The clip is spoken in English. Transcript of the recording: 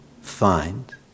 find